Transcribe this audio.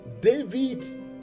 David